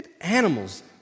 animals